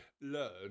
learn